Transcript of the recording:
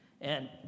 and